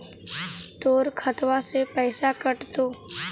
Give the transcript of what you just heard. तोर खतबा से पैसा कटतो?